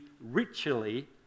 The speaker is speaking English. ritually